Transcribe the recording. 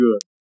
good